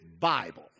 Bible